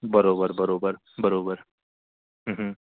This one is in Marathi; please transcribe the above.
बरोबर बरोबर बरोबर हं हं